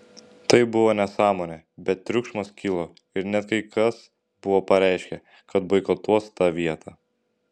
tai buvo nesąmonė bet triukšmas kilo ir net kai kas buvo pareiškę kad boikotuos tą vietą